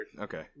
Okay